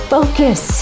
Focus